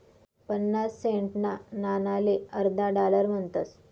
पन्नास सेंटना नाणाले अर्धा डालर म्हणतस